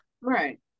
Right